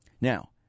Now